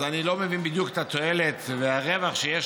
אז אני לא מבין בדיוק את התועלת והרווח שיש